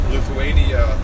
Lithuania